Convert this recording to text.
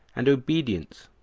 and obedience,